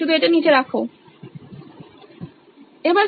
শুধু এটা নিচে রাখা